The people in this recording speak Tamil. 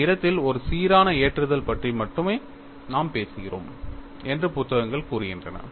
அந்த இடத்தில் ஒரு சீரான ஏற்றுதல் பற்றி மட்டுமே நாம் பேசுகிறோம் என்று புத்தகங்கள் கூறுகின்றன